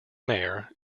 mayor